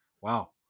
Wow